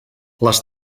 les